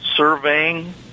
Surveying